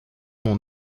mon